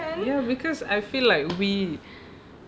ya because I feel like we